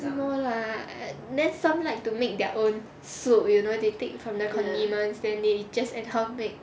no lah then some like to make their own soup you know they take from the condiments then they just anyhow make